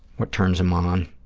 what turns them on,